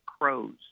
crows